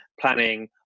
planning